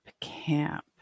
camp